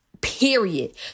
Period